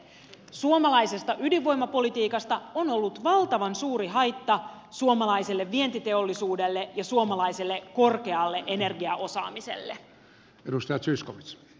suomalaisesta ydinvoimavoimapolitiikasta on ollut valtavan suuri haitta suomalaiselle vientiteollisuudelle ja suomalaiselle korkealle energiaosaamiselle